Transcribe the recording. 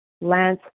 Lance